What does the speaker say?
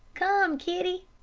come, kitty!